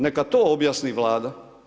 Neka to objasni Vlada.